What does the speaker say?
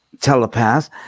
telepath